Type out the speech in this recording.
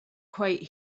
quite